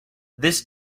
this